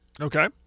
Okay